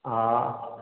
हा